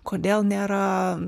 kodėl nėra